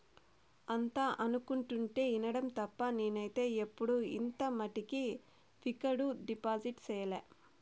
అంతా అనుకుంటుంటే ఇనడం తప్ప నేనైతే ఎప్పుడు ఇంత మట్టికి ఫిక్కడు డిపాజిట్ సెయ్యలే